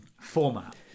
format